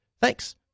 Thanks